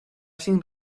sin